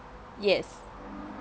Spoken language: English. yes